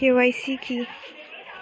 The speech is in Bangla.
কে.ওয়াই.সি কি?